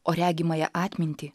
o regimąją atmintį